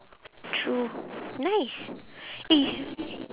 true nice eh